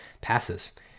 passes